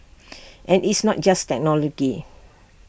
and it's not just technology